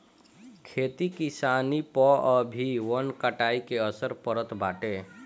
खेती किसानी पअ भी वन कटाई के असर पड़त बाटे